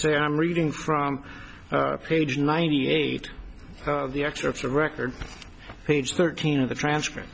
say i'm reading from page ninety eight of the excerpts of record page thirteen of the transcript